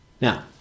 Now